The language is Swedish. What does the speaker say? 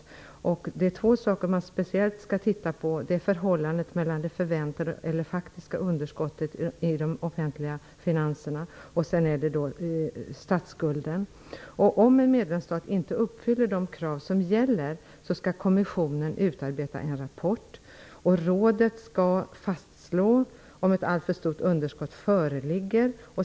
Det är framför allt två saker man skall titta på -- förhållandet mellan det förväntade och det faktiska underskottet i de offentliga finanserna samt statsskulden. Om en medlemsstat inte uppfyller de krav som gäller, skall kommissionen utarbeta en rapport. Rådet skall fastslå om ett alltför stort underskott föreligger.